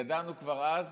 ידענו כבר אז